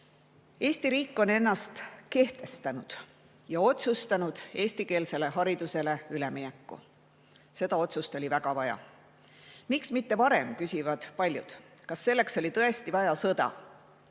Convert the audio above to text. Eesti riik on ennast kehtestanud ja otsustanud eestikeelsele haridusele ülemineku. Seda otsust oli väga vaja. Miks mitte varem, küsivad paljud. Kas selleks oli tõesti vaja sõda?